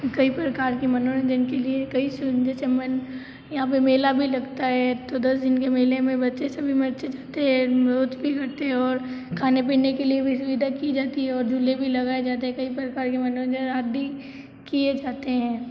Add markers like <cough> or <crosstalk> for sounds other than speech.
कई प्रकार के मनोरंजन के लिए कई <unintelligible> यहाँ पे मेला भी लगता है तो दस दिन के मेले में बच्चे सभी बच्चे जाते हैं मौज भी करते हैं और खाने पीने के लिए भी सुविधा की जाती है और झूले भी लगाए जाते है कई प्रकार के मनोरंजन आदि किए जाते हैं